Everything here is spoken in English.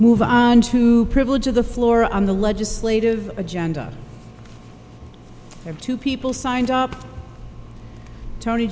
move on to privilege of the floor on the legislative agenda of two people signed up tony